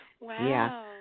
Wow